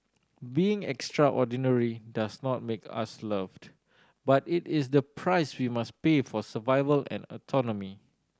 being extraordinary does not make us loved but it is the price we must pay for survival and autonomy